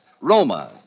Roma